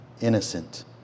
innocent